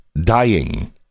dying